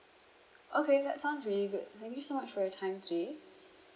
okay that sounds really good thank you so much for your time today